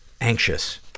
anxious